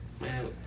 Man